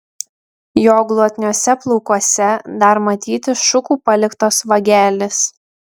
jo glotniuose plaukuose dar matyti šukų paliktos vagelės